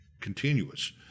continuous